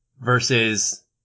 versus